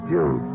June